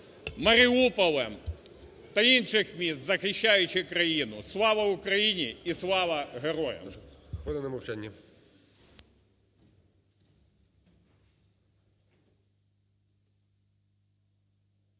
Маріуполем та інших міст, захищаючи країну. Слава Україні! І Слава Героям!